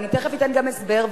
ותיכף אתן גם הסבר,